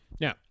Now